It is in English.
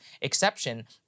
exception